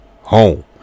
Home